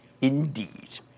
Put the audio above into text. indeed